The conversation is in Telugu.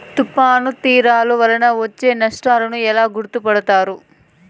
తుఫాను తీరాలు వలన వచ్చే నష్టాలను ఎలా గుర్తుపడతారు?